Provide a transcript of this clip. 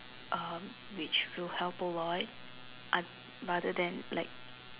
um which will help a lot oth~ rather then like